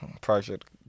project